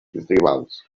tribals